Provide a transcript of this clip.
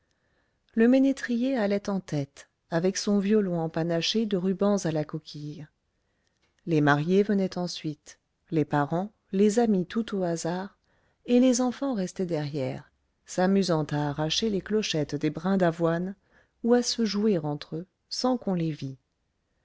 le ménétrier allait en tête avec son violon empanaché de rubans à la coquille les mariés venaient ensuite les parents les amis tout au hasard et les enfants restaient derrière s'amusant à arracher les clochettes des brins d'avoine ou à se jouer entre eux sans qu'on les vît